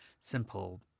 simple